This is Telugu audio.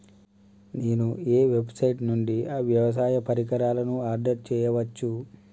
నేను ఏ వెబ్సైట్ నుండి వ్యవసాయ పరికరాలను ఆర్డర్ చేయవచ్చు?